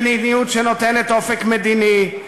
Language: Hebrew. מדיניות שנותנת אופק מדיני,